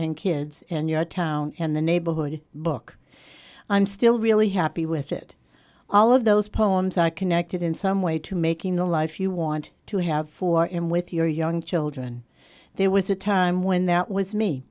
and kids in your town and the neighborhood book i'm still really happy with it all of those poems are connected in some way to making the life you want to have for him with your young children there was a time when that w